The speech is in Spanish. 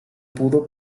pudo